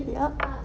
yup